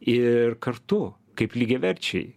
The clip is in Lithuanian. ir kartu kaip lygiaverčiai